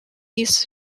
east